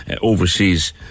overseas